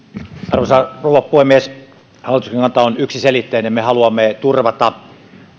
arvoisa rouva puhemies hallituksen kanta on yksiselitteinen me haluamme turvata